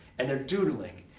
and they're doodling,